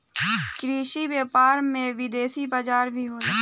कृषि व्यापार में में विदेशी बाजार भी होला